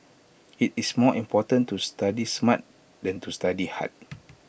IT is more important to study smart than to study hard